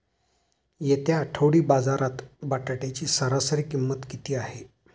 येत्या आठवडी बाजारात बटाट्याची सरासरी किंमत किती आहे?